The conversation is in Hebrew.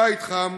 ובית חם,